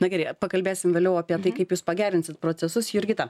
na gerai pakalbėsim vėliau apie tai kaip jūs pagerinsit procesus jurgita